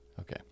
Okay